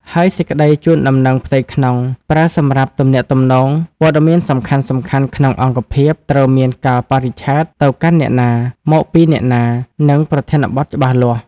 ហើយ សេចក្តីជូនដំណឹងផ្ទៃក្នុង ប្រើសម្រាប់ទំនាក់ទំនងព័ត៌មានសំខាន់ៗក្នុងអង្គភាព ត្រូវមានកាលបរិច្ឆេទ ទៅកាន់អ្នកណា មកពីអ្នកណា និងប្រធានបទច្បាស់លាស់។